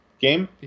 game